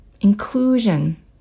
inclusion